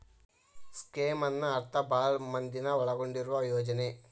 ಸ್ಕೇಮ್ನ ಅರ್ಥ ಭಾಳ್ ಮಂದಿನ ಒಳಗೊಂಡಿರುವ ಯೋಜನೆ